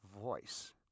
voice